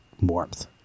warmth